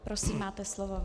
Prosím, máte slovo.